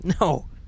No